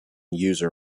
user